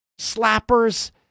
Slappers